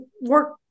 work